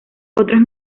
otros